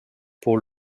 pour